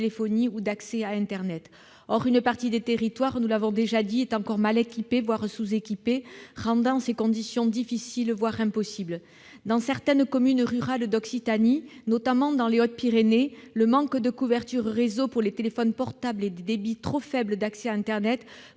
de téléphonie ou d'accès à internet. Or une partie des territoires est encore, nous l'avons déjà dit, mal équipée, voire sous-équipée, rendant ces conditions difficiles, voire impossibles. Dans certaines communes rurales d'Occitanie, notamment dans les Hautes-Pyrénées, le manque de couverture réseau pour les téléphones portables et les débits trop faibles d'accès à internet